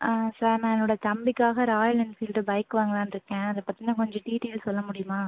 ஆ sir நான் என்னோடய தம்பிக்காக ராயல் என்ஃபீல்டு பைக் வாங்கலாம்னு இருக்கேன் அதை பற்றின கொஞ்சம் டீட்டெய்ல் சொல்ல முடியுமா